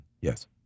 yes